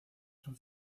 son